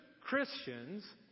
Christians